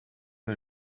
que